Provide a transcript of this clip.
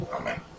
amen